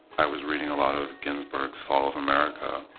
i was reading a lot of ginsberg's fall of america.